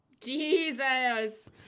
Jesus